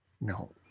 No